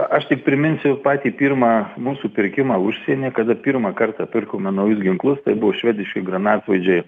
aš tik priminsiu patį pirmą mūsų pirkimą užsieny kada pirmą kartą pirkome naujus ginklus tai buvo švediški granatsvaidžiai